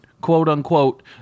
quote-unquote